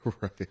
Right